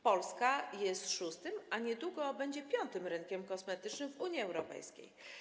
Polska jest szóstym, a niedługo będzie piątym rynkiem kosmetycznym w Unii Europejskiej.